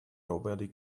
nobody